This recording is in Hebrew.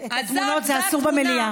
השרה רגב,